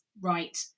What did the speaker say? right